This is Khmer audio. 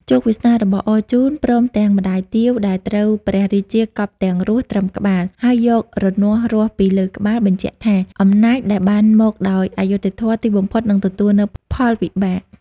ជោគវាសនារបស់អរជូន ព្រមទាំងម្តាយទាវ ដែលត្រូវព្រះរាជាកប់ទាំងរស់ត្រឹមក្បាល ហើយយករនាស់រាស់ពីលើក្បាល បញ្ជាក់ថា អំណាចដែលបានមកដោយអយុត្តិធម៌ ទីបំផុតនឹងទទួលនូវផលវិបាក។